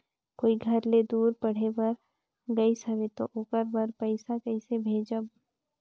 कोई घर ले दूर पढ़े बर गाईस हवे तो ओकर बर पइसा कइसे भेजब?